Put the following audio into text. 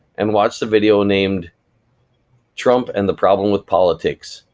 and watch the video named trump and the problem with politics,